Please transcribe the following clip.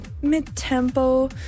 mid-tempo